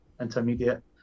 intermediate